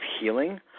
Healing